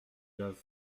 doivent